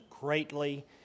greatly